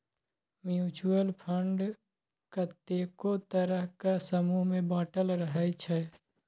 mutual fund कतेको तरहक समूह मे बाँटल रहइ छै